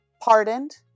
pardoned